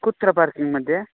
कुत्र पार्किङ्मध्ये